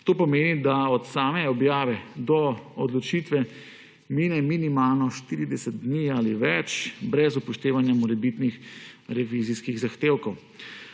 To pomeni, da od same objave do odločitve mine minimalno 40 dni ali več brez upoštevanja morebitnih revizijskih zahtevkov.